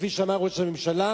כמו שאמר ראש הממשלה.